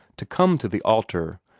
to come to the altar,